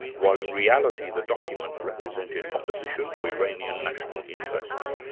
while in reality the document represented opposition to iranian national interests,